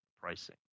pricing